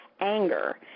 anger